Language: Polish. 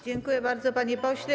Dziękuję bardzo, panie pośle.